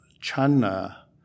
China